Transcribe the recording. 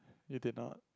you did not